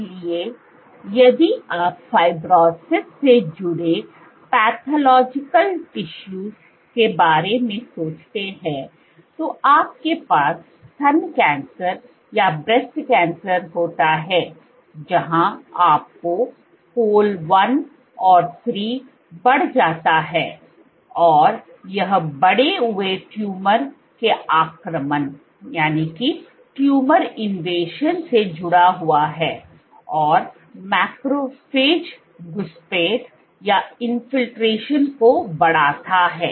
इसलिए यदि आप फाइब्रोसिस से जुड़े पैथोलॉजिकल टिशूज के बारे में सोचते हैं तो आपके पास स्तन कैंसर होता है जहाँ आपको col 1 और 3 बड जाता है और यह बढ़े हुए ट्यूमर के आक्रमण से जुड़ा हुआ है और मैक्रोफेज घुसपैठ को बढ़ाता है